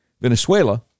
Venezuela